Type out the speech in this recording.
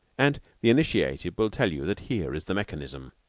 and the initiated will tell you that here is the mechanism.